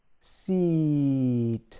Seat